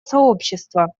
сообщества